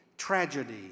Tragedy